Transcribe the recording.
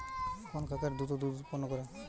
কোন খাকারে দ্রুত দুধ উৎপন্ন করে?